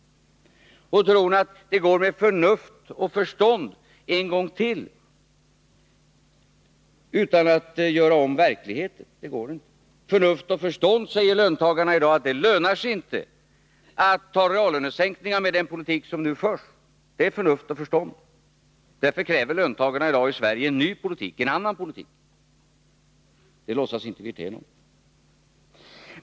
Tron att det går med förnuft och förstånd en gång till, utan att göra om verkligheten, håller inte. Förnuft och förstånd, säger löntagarna i dag, det lönar sig inte. Att ta reallönesänkningar med den politik som nu förs, det är förnuft och förstånd. Därför kräver löntagarna i Sverige i dag en ny politik, en annan politik. Det låtsas inte Rolf Wirtén om.